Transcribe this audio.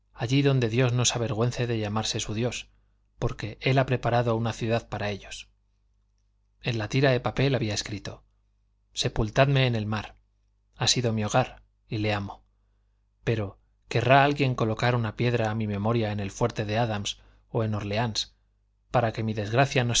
allí donde dios no se avergüence de llamarse su dios porque él ha preparado una ciudad para ellos en la tira de papel había escrito sepultadme en el mar ha sido mi hogar y le amo pero querrá alguien colocar una piedra a mi memoria en el fuerte de adams o en órleans para que mi desgracia no